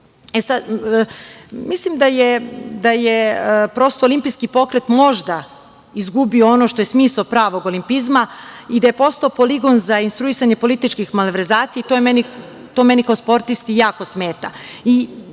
da je olimpijski pokret možda izgubio ono što je smisao pravog olimpijzma i da je postao poligon za instruisanje političkih malverzacija. To meni kao sportisti jako smeta. Htela